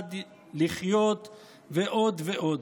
כיצד לחיות ועוד ועוד.